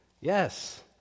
Yes